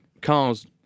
cars